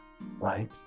right